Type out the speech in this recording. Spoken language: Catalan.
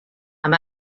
amb